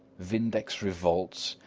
vindex revolts,